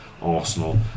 Arsenal